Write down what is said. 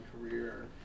career